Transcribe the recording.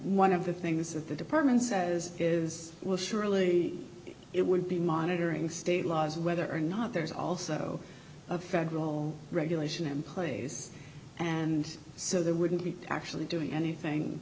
one of the things that the department says is will surely it will be monitoring state laws whether or not there's also a federal regulation in place and so there wouldn't be actually doing anything